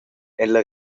ella